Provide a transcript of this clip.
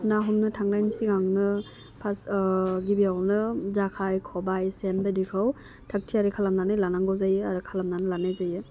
ना हमनो थांनायनि सिगांनो फास्ट गिबियावनो जेखाइ खबाइ सेन बायदिखौ थाग थियारि खालामनानै लानांगौ जायो आरो खालामनानै लानाय जायो